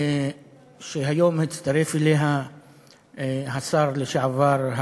והיום הצטרף אליה השר לשעבר,